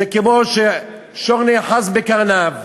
זה כמו ששור נאחז בקרניו.